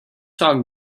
talk